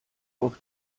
auf